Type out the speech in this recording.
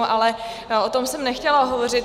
Ale o tom jsem nechtěla hovořit.